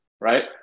right